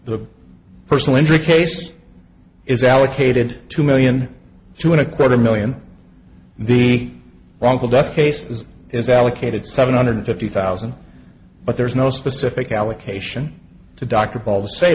the personal injury case is allocated two million two and a quarter million the wrongful death cases is allocated seven hundred fifty thousand but there's no specific allocation to d